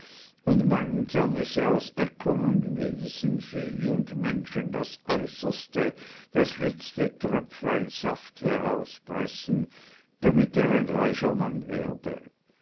müsse aus äckern und wiesen vieh und menschen das äußerste das letzte tröpflein saft herauspressen damit er ein reicher mann werde